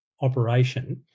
operation